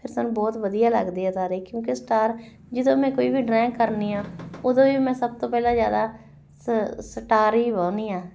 ਫਿਰ ਸਾਨੂੰ ਬਹੁਤ ਵਧੀਆ ਲੱਗਦੇ ਆ ਤਾਰੇ ਕਿਉਂਕਿ ਸਟਾਰ ਜਦੋਂ ਮੈਂ ਕੋਈ ਵੀ ਡਰਾਇੰਗ ਕਰਨੀ ਆ ਉਦੋਂ ਵੀ ਮੈਂ ਸਭ ਤੋਂ ਪਹਿਲਾਂ ਜ਼ਿਆਦਾ ਸ ਸਟਾਰ ਹੀ ਬਾਹੁੰਦੀ ਹਾਂ